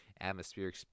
atmospheric